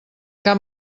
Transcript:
cap